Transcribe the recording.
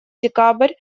декабрь